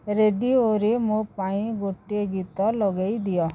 ରେଡ଼ିଓରେ ମୋ ପାଇଁ ଗୋଟେ ଗୀତ ଲଗେଇ ଦିଅ